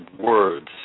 words